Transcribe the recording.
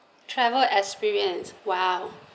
travel experience !wow!